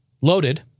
loaded